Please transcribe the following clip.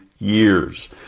years